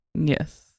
yes